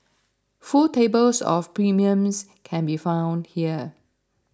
full tables of premiums can be found here